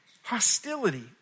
Hostility